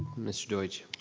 mr. deutsch.